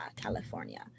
California